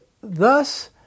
Thus